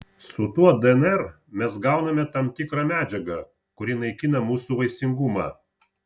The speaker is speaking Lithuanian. su tuo dnr mes gauname tam tikrą medžiagą kuri naikina mūsų vaisingumą